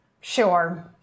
Sure